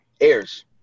heirs